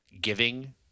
giving